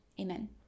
Amen